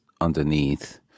underneath